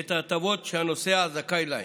את ההטבות שהנוסע זכאי להן: